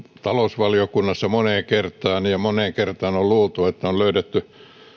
talousvaliokunnassa moneen kertaan ja moneen kertaan on luultu että on löydetty